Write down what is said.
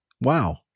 Wow